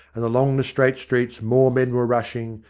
and along the straight streets more men were rushing,